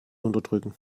unterdrücken